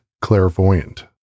clairvoyant